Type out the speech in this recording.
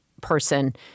person